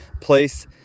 place